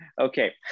okay